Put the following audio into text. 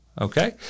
okay